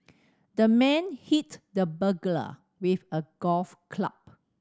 the man hit the burglar with a golf club